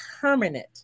permanent